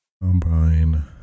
Combine